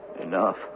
Enough